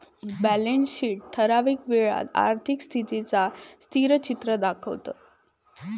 balance sheet ठरावीक वेळेत आर्थिक स्थितीचा स्थिरचित्र दाखवता